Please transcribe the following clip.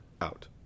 out